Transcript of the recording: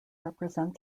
represent